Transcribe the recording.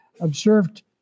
observed